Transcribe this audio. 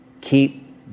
keep